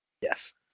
Yes